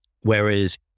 Whereas